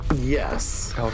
yes